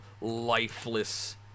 lifeless